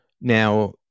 Now